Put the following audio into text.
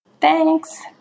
thanks